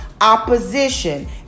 opposition